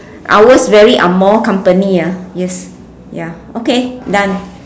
ours very angmoh company ah yes ya okay done